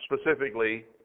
specifically